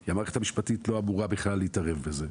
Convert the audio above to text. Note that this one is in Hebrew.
כי המערכת המשפטית לא אמורה בכלל להתערב בזה.